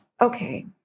okay